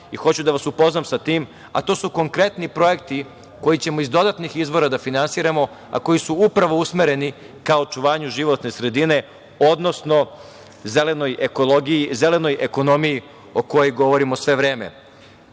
i hoću da vas upoznam sa tim, a to su konkretni projekti koje ćemo iz dodatnih izvora da finansiramo, a koji su upravo usmereni ka očuvanju životne sredine, odnosno zelenoj ekologiji, zelenoj ekonomiji o kojoj govorimo sve vreme. Mi